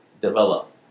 develop